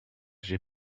j’ai